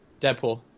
Deadpool